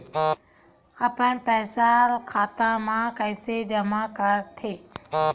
अपन पईसा खाता मा कइसे जमा कर थे?